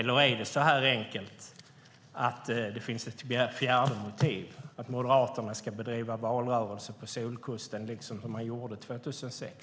Eller är det så enkelt att det finns ett fjärde motiv: Att Moderaterna ska bedriva valrörelse på solkusten, liksom man gjorde 2006?